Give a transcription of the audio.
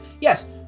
Yes